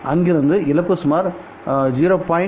அங்கிருந்து இழப்பு சுமார் 0